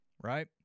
right